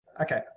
Okay